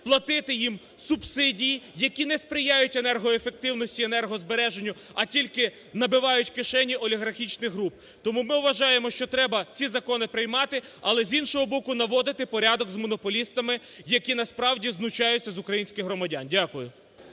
платити їм субсидії, які не сприяють енергоефективності, енергозбереженню, а тільки набивають кишені олігархічних груп. Тому ми вважаємо, що треба ці закони приймати, але, з іншого боку, наводити порядок з монополістами, які насправді знущаються з українських громадян. Дякую.